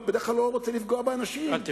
בדרך כלל אני לא רוצה לפגוע באנשים, אל תפגע.